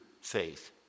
faith